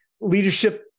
leadership